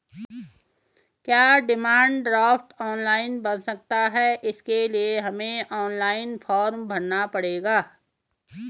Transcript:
क्या demand draft online बन सकता है इसके लिए हमें ऑनलाइन फॉर्म भरना पड़ेगा?